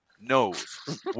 knows